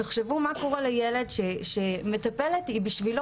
תחשבו מה קורה לילד שמטפלת היא בשבילו